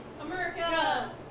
America